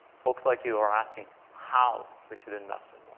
folks like you are asking how we should invest in